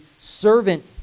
servant